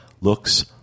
Looks